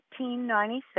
1896